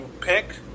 Pick